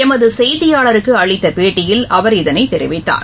எமதுசெய்தியாளருக்குஅளித்தபேட்டியில் அவர் இதனைதெரிவித்தார்